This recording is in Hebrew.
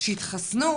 שיתחסנו,